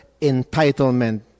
entitlement